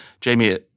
Jamie